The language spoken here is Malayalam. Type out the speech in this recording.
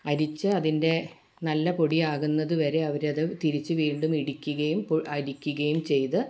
അരിച്ച് അതിൻ്റെ നല്ല പൊടിയാകുന്നതുവരെ അവരത് തിരിച്ച് വീണ്ടും ഇടിക്കുകയും അരിക്കുകയും ചെയ്ത്